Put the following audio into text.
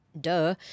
Duh